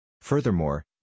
Furthermore